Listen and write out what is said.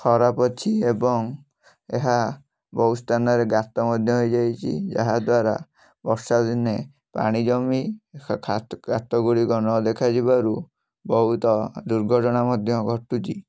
ଖରାପ ଅଛି ଏବଂ ଏହା ବହୁତ ସ୍ଥାନରେ ଗାତ ମଧ୍ୟ ହେଇଯାଇଛି ଯାହା ଦ୍ୱାରା ବର୍ଷାଦିନେ ପାଣି ଜମି ଗାତଗୁଡ଼ିକ ନ ଦେଖା ଯିବାରୁ ବହୁତ ଦୁର୍ଘଟଣା ମଧ୍ୟ ଘଟୁଛି